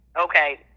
Okay